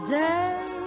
day